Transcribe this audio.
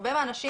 הרבה מהאנשים